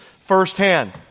firsthand